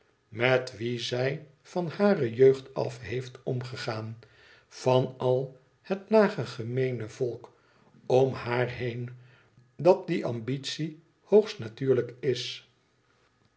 met wie zij van hare jeugd af heeft omgegaan van al het lage gemeene volk om haar heen dat die ambitie hoogst natuurlijk is